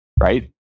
right